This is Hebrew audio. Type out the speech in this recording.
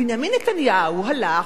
בנימין נתניהו הלך,